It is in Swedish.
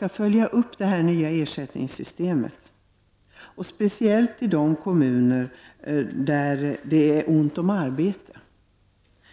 Vi vill också att det nya ersättningssystemet skall följas upp, speciellt i de kommuner där det är ont om arbete.